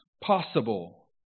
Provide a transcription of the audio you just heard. possible